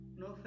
no